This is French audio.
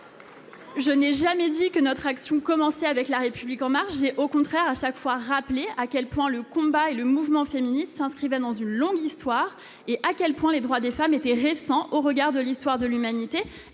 Je n'ai jamais dit que notre action avait commencé avec La République En Marche. J'ai au contraire rappelé, à chaque fois, à quel point le combat et le mouvement féministes s'inscrivaient dans une longue histoire, combien les droits des femmes étaient récents au regard de l'histoire de l'humanité,